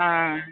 ആ